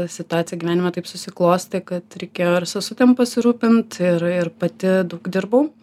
situacija gyvenime taip susiklostė kad reikėjo ir sesutėm pasirūpint ir ir pati daug dirbau